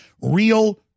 real